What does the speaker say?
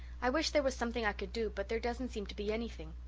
i wish there was something i could do but there doesn't seem to be anything.